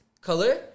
Color